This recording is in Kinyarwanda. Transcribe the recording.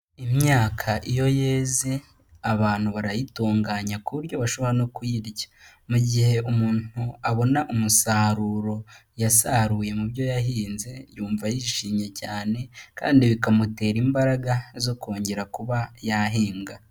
Imyaka iyo yeze abantu barayitunganya ku buryo bashobora no kuyirya. Mu gihe umuntu abona umusaruro yasaruye mu byo yahinze, yumva yishimye cyane, kandi bikamutera imbaraga zo kongera kuba yahinga.